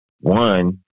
one